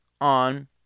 on